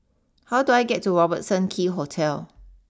how do I get to Robertson Quay Hotel